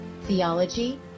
theology